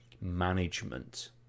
management